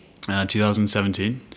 2017